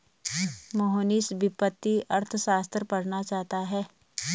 मोहनीश वित्तीय अर्थशास्त्र पढ़ना चाहता है